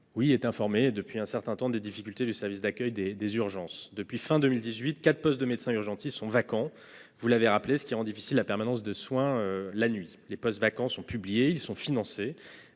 est informé depuis un certain temps des difficultés du service d'accueil des urgences. Depuis fin 2018, quatre postes de médecins urgentistes sont vacants, comme vous l'avez rappelé, ce qui rend difficile la permanence de soins la nuit. Les postes vacants sont publiés et financés,